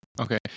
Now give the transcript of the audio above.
Okay